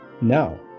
now